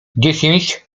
dziesięć